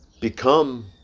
Become